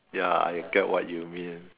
ya I get what you mean